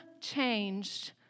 changed